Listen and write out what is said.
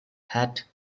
hat